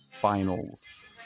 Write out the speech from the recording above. finals